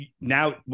Now